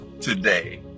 today